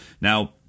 Now